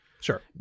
Sure